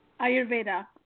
Ayurveda